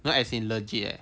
now as in legit leh